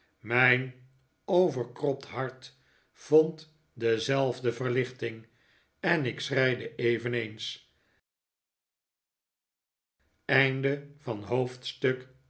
mijn overkropt hart vond dezelfde verlichting en ik schreide eveneens hoofdstuk